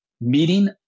meeting